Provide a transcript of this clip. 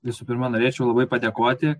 visų pirma norėčiau labai padėkoti